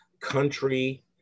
country